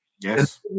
Yes